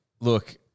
Look